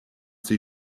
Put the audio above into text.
sie